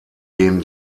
gehen